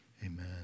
Amen